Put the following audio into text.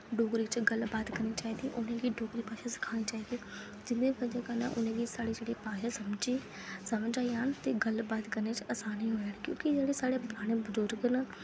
डोगरी च गल्ल बात करनी चाहिदी उ'नें गी डोगरी भाशा सखानी चाहिदी जेह्दी ब'जा कन्नै उ'नें गी साढ़ी जेह्ड़ी भाशा समझ आई जान ते गल्ल बात करने च असानी होऐ क्योंकि जेह्ड़े साढ़े पराने बजुर्ग न